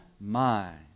mind